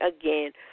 again